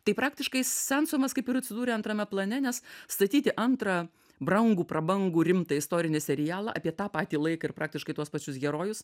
tai praktiškai sansomas kaip ir atsidūrė antrame plane nes statyti antrą brangų prabangų rimtą istorinį serialą apie tą patį laiką ir praktiškai tuos pačius herojus